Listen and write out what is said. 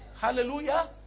Hallelujah